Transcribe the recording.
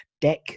deck